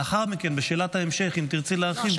לאחר מכן, בשאלת ההמשך, אם תרצי להרחיב, תוכלי.